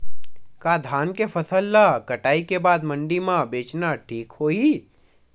का धान के फसल ल कटाई के बाद मंडी म बेचना ठीक होही?